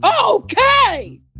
okay